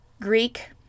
Greek